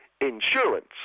insurance